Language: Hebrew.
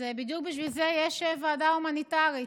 בדיוק בשביל זה יש ועדה הומניטרית.